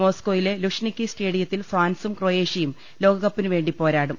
മോസ്കോയിലെ ലുഷ്നിക്കി സ്റ്റേഡിയത്തിൽ ഫ്രാൻസും ക്രൊയേഷ്യയും ലോകകപ്പിനുവേണ്ടി പോരാടും